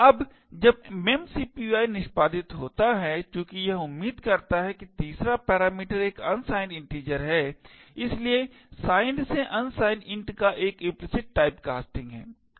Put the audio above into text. अब जब memcpy निष्पादित होता है चूँकि यह उम्मीद करता है कि तीसरा पैरामीटर एक unsigned integer है इसलिए signed से unsigned len का एक इम्प्लिसिट टाइप कास्टिंग है